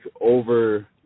over